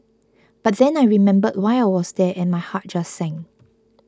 but then I remembered why I was there and my heart just sank